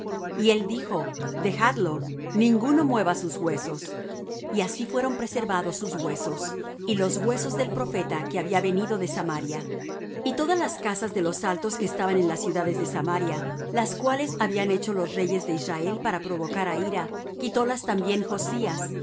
y él dijo dedjadlo ninguno mueva sus huesos y así fueron preservados sus huesos y los huesos del profeta que había venido de samaria y todas las casas de los altos que estaban en las ciudades de samaria las cuales habían hecho los reyes de israel para provocar á ira quitólas también josías